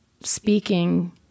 speaking